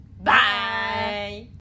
Bye